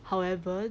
however